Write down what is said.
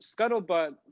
scuttlebutt